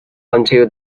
until